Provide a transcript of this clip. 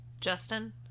Justin